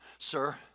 Sir